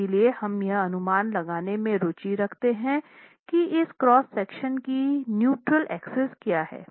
इसलिए हम यह अनुमान लगाने में रुचि रखते हैं कि इस क्रॉस सेक्शन की न्यूट्रल एक्सिस क्या है